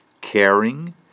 caring